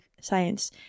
science